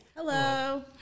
Hello